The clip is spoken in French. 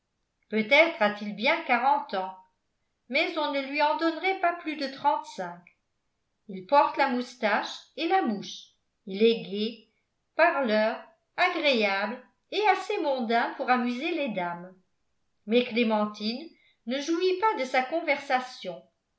peut-être a-t-il bien quarante ans mais on ne lui en donnerait pas plus de trente-cinq il porte la moustache et la mouche il est gai parleur agréable et assez mondain pour amuser les dames mais clémentine ne jouit pas de sa conversation